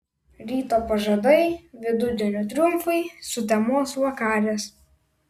ryto pažadai vidudienio triumfai sutemos vakarės